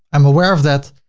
i'm aware of that.